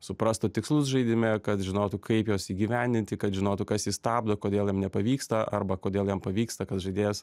suprastų tikslus žaidime kad žinotų kaip juos įgyvendinti kad žinotų kas jį stabdo kodėl jam nepavyksta arba kodėl jam pavyksta kad žaidėjas